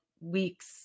weeks